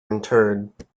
interred